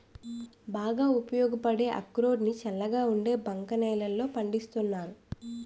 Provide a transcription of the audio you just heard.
బాగా ఉపయోగపడే అక్రోడ్ ని చల్లగా ఉండే బంక నేలల్లో పండిస్తున్నాను